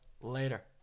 Later